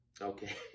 Okay